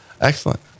Excellent